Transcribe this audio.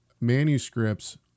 manuscripts